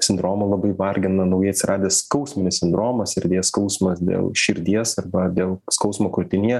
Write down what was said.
sindromu labai vargina naujai atsiradęs skausminis sindromas erdvės skausmas dėl širdies arba dėl skausmo krūtinėje